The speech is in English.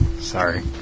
sorry